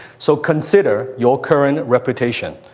so, consider your current reputation.